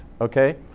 Okay